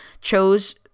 chose